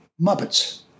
Muppets